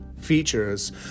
features